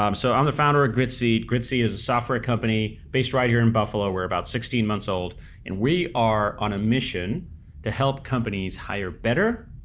um so i'm the founder of gritseed. gritseed is a software company based right here in buffalo. we're about sixteen months old and we are on a mission to help companies hire better,